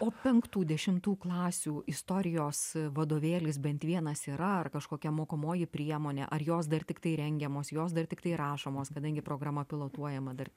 o penktų dešimtų klasių istorijos vadovėlis bent vienas yra ar kažkokia mokomoji priemonė ar jos dar tiktai rengiamos jos dar tiktai rašomos kadangi programa pilotuojama dar